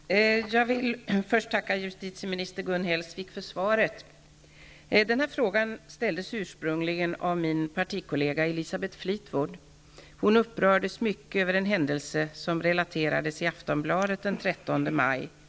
Herr talman! Jag vill först tacka justitieminister Gun Hellsvik för svaret. Frågan ställdes ursprungligen av min partikollega Elisabeth Fleetwood. Hon upprördes mycket över en händelse som relaterades i Aftonbladet den 13 maj.